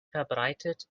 verbreitet